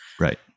right